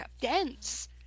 dense